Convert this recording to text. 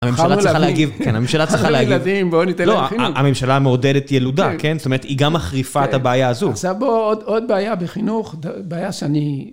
הממשלה צריכה להגיב. כן, הממשלה צריכה להגיב. חלום לילדים, בואו ניתן להם חינוך. הממשלה מעודדת ילודה, כן? זאת אומרת, היא גם מחריפה את הבעיה הזו. עכשיו, בואו, עוד בעיה בחינוך, בעיה שאני...